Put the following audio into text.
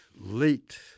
late